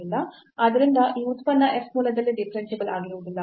ಆದ್ದರಿಂದ ಈ ಉತ್ಪನ್ನ f ಮೂಲದಲ್ಲಿ ಡಿಫರೆನ್ಸಿಬಲ್ ಆಗಿರುವುದಿಲ್ಲ